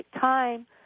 time